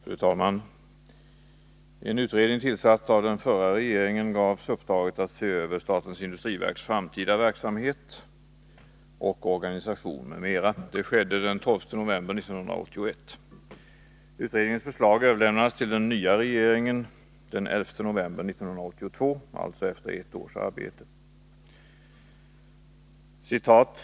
Fru talman! En utredning tillsatt av den förra regeringen gavs uppdraget att se över statens industriverks framtida verksamhet och organisation m.m. Det skedde den 12 november 1981. Utredningens förslag överlämnades till den nya regeringen den 11 november 1982, alltså efter ett års arbete.